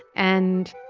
and,